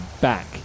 back